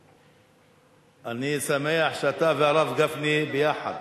אני שמח שאתה והרב גפני ביחד.